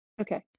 Okay